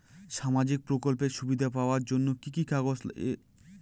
সামাজিক প্রকল্পের সুবিধা পাওয়ার জন্য কি কি কাগজ পত্র লাগবে?